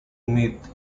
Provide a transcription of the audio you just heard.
meet